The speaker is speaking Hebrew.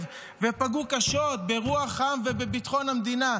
ופגעו קשות ברוח העם ובביטחון המדינה.